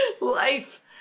Life